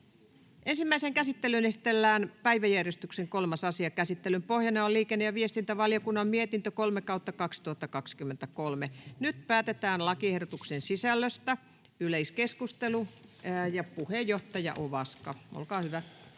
Ensimmäiseen käsittelyyn esitellään päiväjärjestyksen 3. asia. Käsittelyn pohjana on liikenne- ja viestintävaliokunnan mietintö LiVM 3/2023 vp. Nyt päätetään lakiehdotuksen sisällöstä. — Yleiskeskustelu, puheenjohtaja Ovaska, olkaa hyvä.